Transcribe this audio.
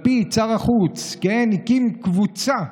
לפיד, שר החוץ, הקים קבוצה,